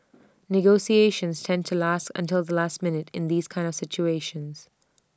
negotiations tend to last until the last minute in these kind of situations